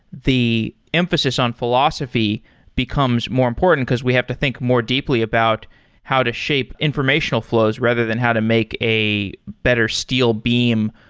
the emphasis on philosophy becomes more important, because we have to think more deeply about how to shape informational flows rather than how to make a better steel beam,